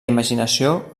imaginació